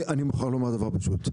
אני מוכרח לומר דבר פשוט,